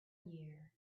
year